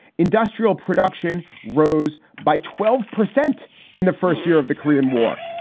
industrial production rose by twelve percent in the first year of the korean war.